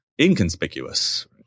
inconspicuous